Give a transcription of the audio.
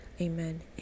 amen